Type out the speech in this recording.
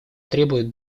требует